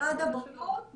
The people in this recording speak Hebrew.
משרד הבריאות ואנחנו.